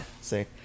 See